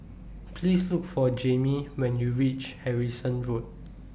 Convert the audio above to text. Please Look For Jaime when YOU REACH Harrison Road